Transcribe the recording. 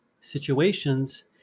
situations